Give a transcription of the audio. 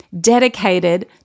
dedicated